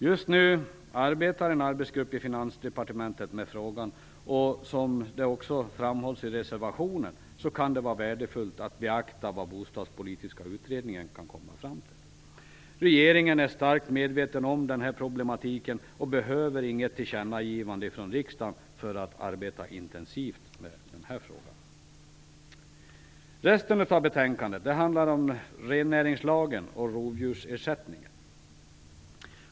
Just nu arbetar en arbetsgrupp i Finansdepartementet med frågan. Som det också framhålls i reservationen kan det vara värdefullt att beakta vad den bostadspolitiska utredningen kan komma fram till. Regeringen är starkt medveten om denna problematik och behöver inget tillkännagivande från riksdagen för att arbeta intensivt med denna fråga. Resten av betänkandet handlar om rennäringslagen och rovdjursersättningen.